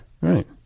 Right